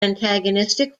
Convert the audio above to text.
antagonistic